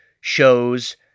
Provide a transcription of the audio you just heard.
shows